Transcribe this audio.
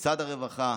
משרד הרווחה,